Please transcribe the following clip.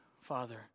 Father